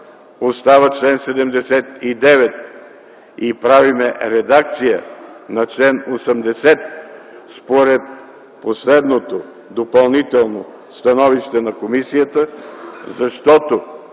остава чл. 79 и правим редакция на чл. 80 според последното допълнително становище на комисията, защото